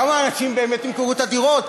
כמה אנשים באמת ימכרו את הדירות?